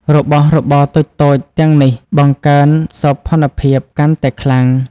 របស់របរតូចៗទាំងនេះបង្កើនសោភ័ណភាពកាន់តែខ្លាំង។